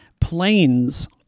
planes